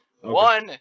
one